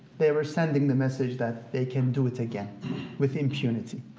they were sending the message that they can do it again with impunity.